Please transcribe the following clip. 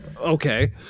Okay